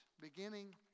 beginning